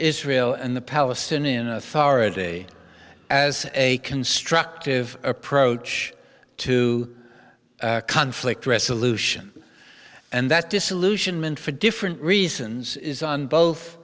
israel and the palestinian authority as a constructive approach to conflict resolution and that disillusionment for different reasons is on both